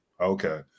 Okay